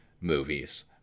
movies